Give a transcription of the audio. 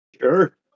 Sure